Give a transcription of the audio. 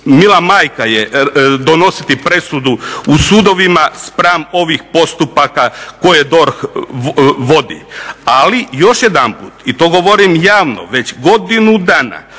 Mila majka je donositi presudu u sudovima spram ovih postupaka koje DORH vodi. Ali još jedanput i to govorim javno, već godinu dana